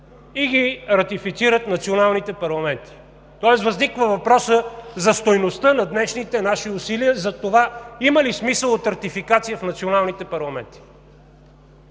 и ги ратифицират националните парламенти. Тоест възниква въпросът за стойността на днешните наши усилия, за това има ли смисъл от ратификация в националните парламенти?